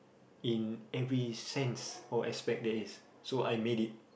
in every sense or aspect there is so I made it